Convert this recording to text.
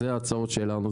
אלו ההצעות שלנו,